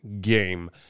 game